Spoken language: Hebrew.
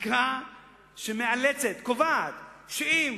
חקיקה שמאלצת, קובעת, שאם